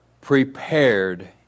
prepared